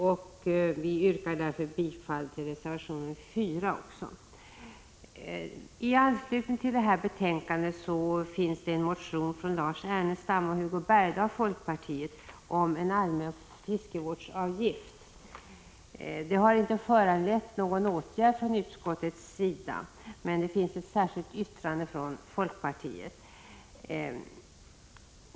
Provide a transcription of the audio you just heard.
Därmed yrkar jag bifall även till reservation 4. I anslutning till detta betänkande finns en motion som väckts av folkpartisterna Lars Ernestam och Hugo Bergdahl och som tar upp frågan om en allmän fiskevårdsavgift. Motionen har inte föranlett utskottet att lämna något förslag om åtgärd. Folkpartiet har därför avgivit ett särskilt yttrande i frågan.